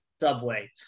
subway